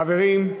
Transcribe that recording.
חברים.